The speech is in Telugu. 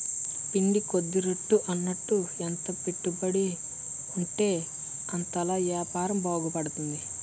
పిండి కొద్ది రొట్టి అన్నట్టు ఎంత పెట్టుబడుంటే అంతలా యాపారం బాగుపడతది